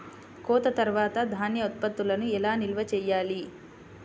కోత తర్వాత ధాన్య ఉత్పత్తులను ఎలా నిల్వ చేయాలి?